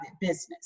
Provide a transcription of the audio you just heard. business